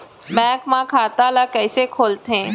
Bank म खाता ल कइसे खोलथे?